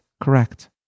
correct